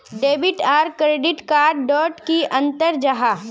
Debit आर credit card डोट की अंतर जाहा?